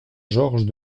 georges